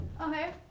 Okay